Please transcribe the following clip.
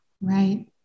right